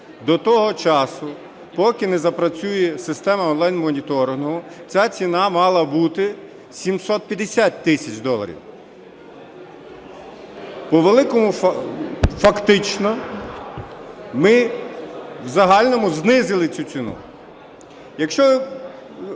До того часу, поки не запрацює система онлайн-моніторингу, ця ціна мала бути 750 тисяч доларів. Фактично ми в загальному знизили цю ціну.